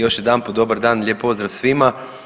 Još jedanput dobar dan, lijep pozdrav svima.